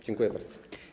Dziękuję bardzo.